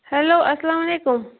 hello السلامُ علیکُم